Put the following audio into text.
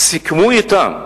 סיכמו אתם,